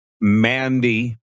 Mandy